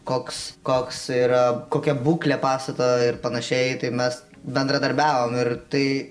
koks koks yra kokia būklė pastato ir panašiai tai mes bendradarbiavom ir tai